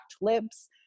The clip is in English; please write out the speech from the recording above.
lips